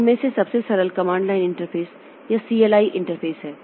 उनमें से सबसे सरल कमांड लाइन इंटरफ़ेस या सीएलआई इंटरफ़ेस है